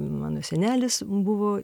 mano senelis buvo